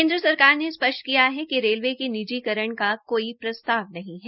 केन्द्र सरकार ने स्पष्ट किया है कि रेलवे के निजीकरण का कोई प्रस्ताव नहीं है